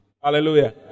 Hallelujah